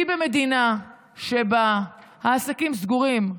כי במדינה שבה העסקים סגורים,